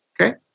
Okay